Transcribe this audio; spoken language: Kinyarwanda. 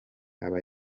aba